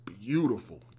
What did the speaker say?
beautiful